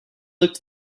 looked